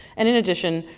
and in addition,